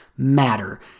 matter